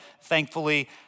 thankfully